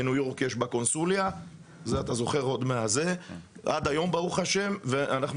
בניו יורק יש בקונסוליה עד היום ברוך השם ואנחנו